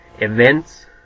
events